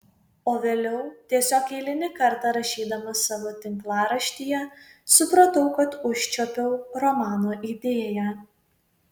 o vėliau tiesiog eilinį kartą rašydamas savo tinklaraštyje supratau kad užčiuopiau romano idėją